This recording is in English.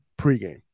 pregame